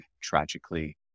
tragically